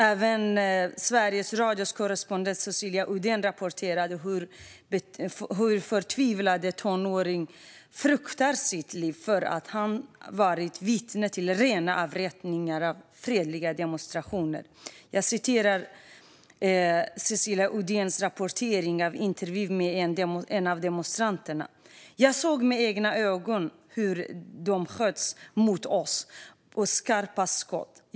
Även Sveriges Radios korrespondent Cecilia Uddén rapporterade hur en förtvivlad tonåring fruktar för sitt liv, eftersom han varit vittne till rena avrättningar av fredliga demonstranter. Cecilia Uddéns intervjuar en av demonstranterna: Jag såg med egna ögon hur de sköt mot oss med skarpa skott.